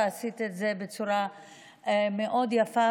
ועשית את זה בצורה מאוד יפה,